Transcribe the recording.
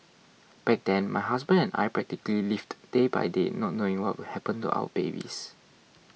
back then my husband and I practically lived day by day not knowing what will happen to our babies